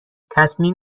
تصمیم